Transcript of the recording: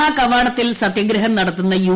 സഭാ കവാടത്തിൽ സത്യാഗ്രഹം നടത്തുന്ന യു